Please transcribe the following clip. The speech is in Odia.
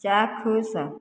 ଚାକ୍ଷୁଷ